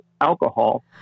alcohol